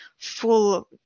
full